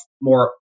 more